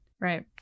Right